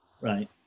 right